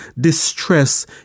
distress